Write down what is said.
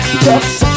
Yes